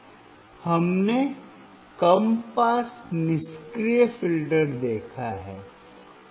अब हमने कम पास निष्क्रिय फ़िल्टर देखा है